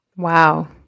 Wow